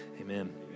amen